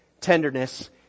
tenderness